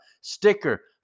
sticker